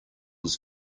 was